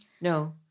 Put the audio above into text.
No